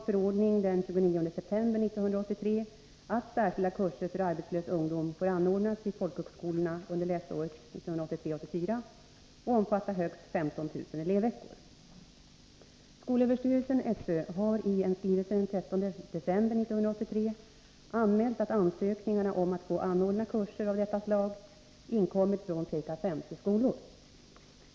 Skolöverstyrelsen har i en skrivelse den 13 december 1983 anmält att ansökningar om att få anordna kurser av detta slag inkommit från ca 50 skolor.